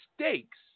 stakes